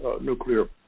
nuclear